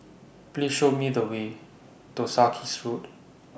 Please Show Me The Way to Sarkies Road